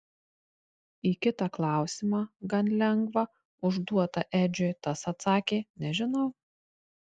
į kitą klausimą gan lengvą užduotą edžiui tas atsakė nežinau